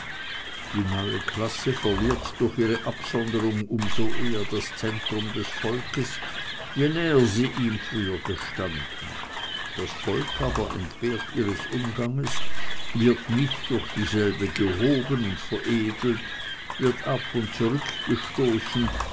die neue klasse verliert durch diese absonderung um so eher das zutrauen des volkes je näher sie ihm früher gestanden das volk aber entbehrt ihres umganges wird nicht durch dieselbe gehoben und veredelt wird ab und zurückgestoßen